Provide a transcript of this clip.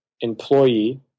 employee